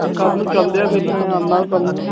ਕੱਲ੍ਹ ਨੂੰ ਚੱਲਦੇ ਹਾਂ ਫਿਰ ਮੈਂ ਆਉਂਦਾ ਕੱਲ੍ਹ ਨੂੰ